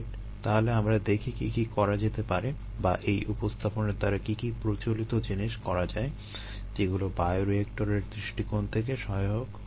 তাহলে আমরা দেখি কী কী করা যেতে পারে বা এই উপস্থাপনার দ্বারা কী কী প্রচলিত জিনিস করা যায় যেগুলো বায়োরিয়েক্টরের দৃষ্টিকোণ থেকে সহায়ক হতে পারে